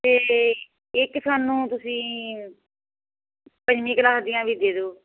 ਅਤੇ ਇੱਕ ਸਾਨੂੰ ਤੁਸੀਂ ਪੰਜਵੀਂ ਕਲਾਸ ਦੀਆਂ ਵੀ ਦੇ ਦਓ